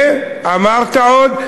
ואמרת עוד,